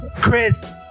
chris